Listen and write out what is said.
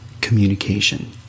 communication